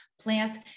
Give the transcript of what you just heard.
plants